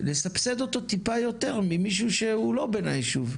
לסבסד אותו טיפה יותר ממישהו שהוא לא בן הישוב.